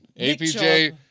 APJ